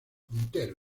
puntero